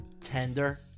Tender